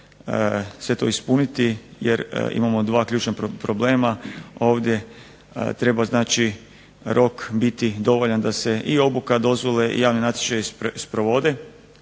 sve to ispuniti jer imamo dva ključna problema ovdje. Treba znači rok biti dovoljan da se i obuka dozvole i javni natječaji sprovode,